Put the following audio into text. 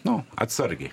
nu atsargiai